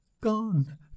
gone